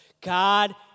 God